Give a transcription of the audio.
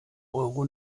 euro